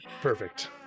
perfect